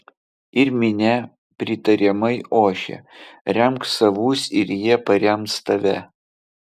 ir minia pritariamai ošė remk savus ir jie parems tave